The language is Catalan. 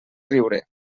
riure